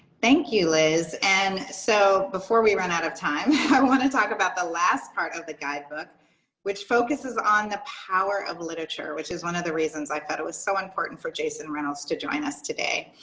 thank you, liz. and so before we run out of time, i want to talk about the last part of the guidebook which focuses on the power of literature which is one of the reasons i like thought it was so important for jason reynolds to join us today.